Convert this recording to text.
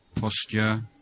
posture